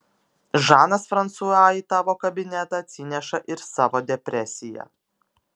žanas fransua į tavo kabinetą atsineša ir savo depresiją